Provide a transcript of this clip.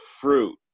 fruit